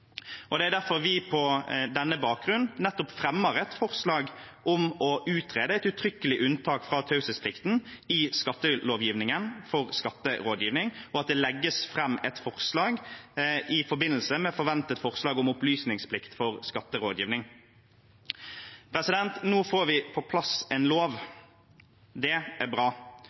Det er derfor vi på nettopp denne bakgrunn fremmer et forslag om å utrede et uttrykkelig unntak fra taushetsplikten i skattelovgivningen for skatterådgivning, og at det legges fram et forslag i forbindelse med forventet forslag om opplysningsplikt for skatterådgivning. Nå får vi på plass en lov, og det er bra.